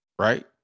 right